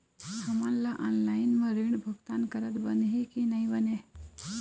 हमन ला ऑनलाइन म ऋण भुगतान करत बनही की नई बने?